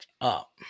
up